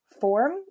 form